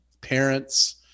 parents